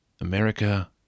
America